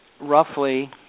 roughly